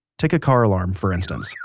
take a car alarm for instance. yeah